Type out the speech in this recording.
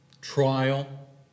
trial